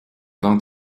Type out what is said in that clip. vins